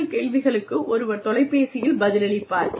உங்கள் கேள்விகளுக்கு ஒருவர் தொலைபேசியில் பதிலளிப்பார்